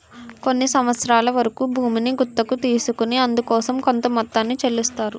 కొన్ని సంవత్సరాల వరకు భూమిని గుత్తకు తీసుకొని అందుకోసం కొంత మొత్తాన్ని చెల్లిస్తారు